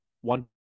one